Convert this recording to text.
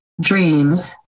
dreams